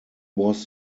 was